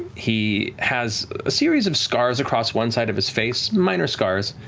he has a series of scars across one side of his face, minor scars,